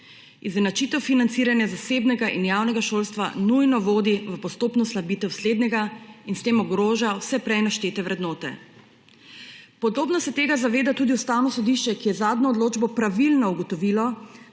Izenačitev financiranja zasebnega in javnega šolstva nujno vodi v postopno slabitev slednjega in s tem ogroža vse prej naštete vrednote. Podobno se tega zaveda tudi Ustavno sodišče, ki je z zadnjo odločbo pravilno ugotovilo,